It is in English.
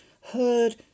heard